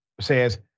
says